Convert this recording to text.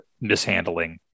mishandling